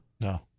No